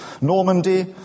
Normandy